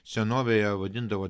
senovėje vadindavo